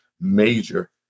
major